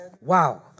Wow